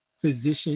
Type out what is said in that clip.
physician